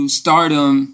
stardom